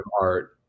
art